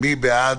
מי בעד?